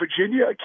Virginia